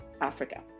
Africa